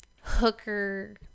hooker